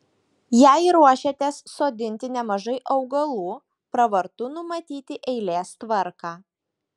jei ruošiatės sodinti nemažai augalų pravartu numatyti eilės tvarką